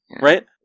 Right